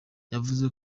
yavuze